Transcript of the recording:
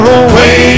away